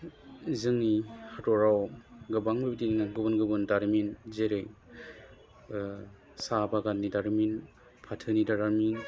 जोंनि हादराव गोबां बिदिनो गुबुन गुबुन दारिमिन जेरै साहा बागाननि दारिमिन फाथोनि दारिमिन